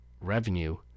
revenue